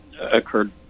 occurred